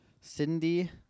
Cindy